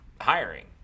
hiring